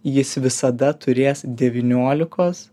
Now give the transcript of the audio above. jis visada turės devyniolikos